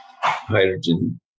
hydrogen